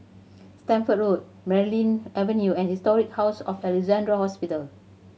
Stamford Road Merryn Avenue and Historic House of Alexandra Hospital